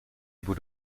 able